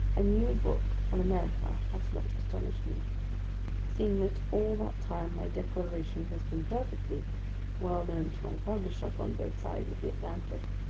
a new book on america has much astonished me seeing that all that time my declaration has been perfectly well known to my publishers on both sides of the atlantic,